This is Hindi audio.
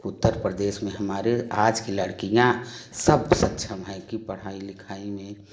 उत्तर प्रदेश में हमारे आज की लडकियां सब सक्षम है कि पढ़ाई लिखाई में